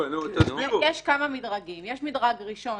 יש כמה מדרגים: יש דרג ראשון,